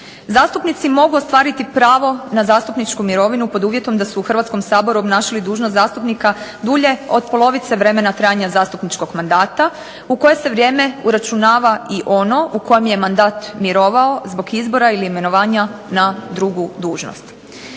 Zastupnici mogu ostvariti pravo na zastupničku mirovinu pod uvjetom da su u Hrvatskom saboru obnašali dužnost zastupnika dulje od polovice vremena trajanja zastupničkog mandata u koje se vrijeme uračunava i ono u kojem je mandat mirovao zbog izbora ili imenovanja na drugu dužnost.